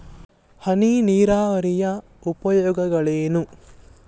ಹನಿ ನೀರಾವರಿಯ ಉಪಯೋಗಗಳೇನು?